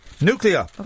Nuclear